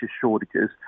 shortages